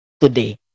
today